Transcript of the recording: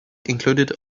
included